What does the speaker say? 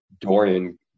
Dorian